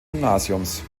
gymnasiums